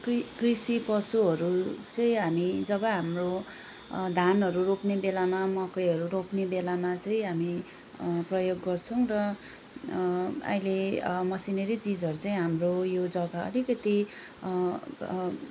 कृ कृषि पशुहरू चाहिँ हामी जब हाम्रो धानहरू रोप्ने बेलामा मकैहरू रोप्ने बेलामा चाहिँ हामी प्रयोग गर्छौँ र अहिले मसिनरी चिजहरू चाहिँ हाम्रो यो जग्गा अलिकति